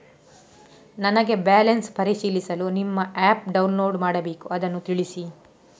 ನನಗೆ ಬ್ಯಾಲೆನ್ಸ್ ಪರಿಶೀಲಿಸಲು ನಿಮ್ಮ ಆ್ಯಪ್ ಡೌನ್ಲೋಡ್ ಮಾಡಬೇಕು ಅದನ್ನು ತಿಳಿಸಿ?